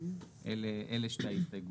אלה שתי ההסתייגויות.